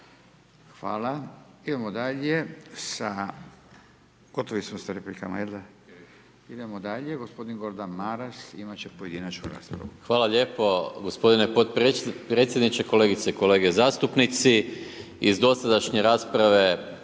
Hvala. Idemo dalje, gotovi smo sa replikama, jel' da? Idemo dalje, gospodin Maras imat će pojedinačnu raspravu. **Maras, Gordan (SDP)** Hvala lijepo gospodine potpredsjedniče, kolegice i kolege zastupnici. Iz dosadašnje rasprave